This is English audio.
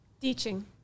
Teaching